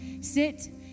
sit